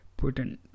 Putin